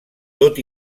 tot